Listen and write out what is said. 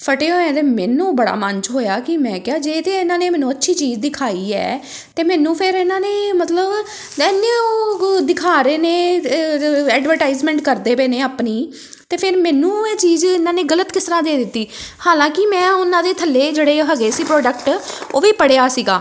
ਫਟੇ ਹੋਇਆ ਦੇ ਮੈਨੂੰ ਬੜਾ ਮਨ 'ਚ ਹੋਇਆ ਕਿ ਮੈਂ ਕਿਹਾ ਜੇ ਤਾਂ ਇਹਨਾਂ ਨੇ ਮੈਨੂੰ ਅੱਛੀ ਚੀਜ਼ ਦਿਖਾਈ ਹੈ ਤਾਂ ਮੈਨੂੰ ਫਿਰ ਇਹਨਾਂ ਨੇ ਮਤਲਬ ਉਹ ਦਿਖਾ ਰਹੇ ਨੇ ਐਡਵਰਟਾਈਜਮੈਂਟ ਕਰਦੇ ਪਏ ਨੇ ਆਪਣੀ ਅਤੇ ਫਿਰ ਮੈਨੂੰ ਇਹ ਚੀਜ਼ ਇਹਨਾਂ ਨੇ ਗ਼ਲਤ ਕਿਸ ਤਰ੍ਹਾਂ ਦੇ ਦਿੱਤੀ ਹਾਲਾਂਕਿ ਮੈਂ ਉਹਨਾਂ ਦੇ ਥੱਲੇ ਜਿਹੜੇ ਹੈਗੇ ਸੀ ਪ੍ਰੋਡਕਟ ਉਹ ਵੀ ਪੜ੍ਹਿਆ ਸੀਗਾ